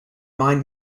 mind